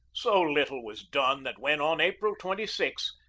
so little was done that when, on april twenty six,